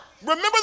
Remember